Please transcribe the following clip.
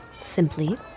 simply